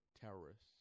terrorists